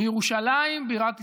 בירושלים בירת ישראל,